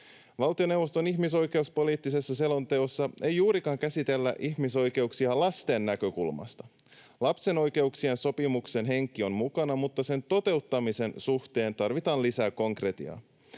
Valtioneuvoston ihmisoikeuspoliittisessa selonteossa ei juurikaan käsitellä ihmisoikeuksia lasten näkökulmasta. Lapsen oikeuksien sopimuksen henki on mukana, mutta sen toteuttamisen suhteen tarvitaan lisää konkretiaa.